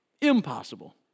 impossible